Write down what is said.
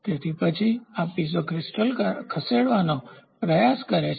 તેથી પછી આ પીઝો ક્રિસ્ટલ ખસેડવાનો પ્રયાસ કરે છે